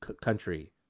country